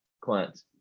Clint